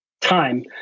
time